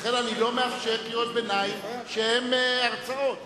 לכן אני לא מאפשר קריאות ביניים שהן הרצאות.